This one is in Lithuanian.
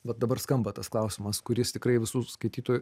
vat dabar skamba tas klausimas kuris tikrai visų skaitytojų